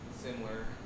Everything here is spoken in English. Similar